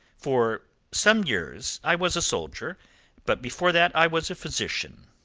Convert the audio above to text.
for some years i was a soldier but before that i was a physician,